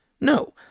No